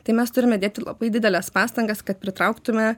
tai mes turime dėti labai dideles pastangas kad pritrauktume